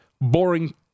boring